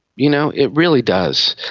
you know, it really does.